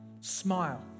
Smile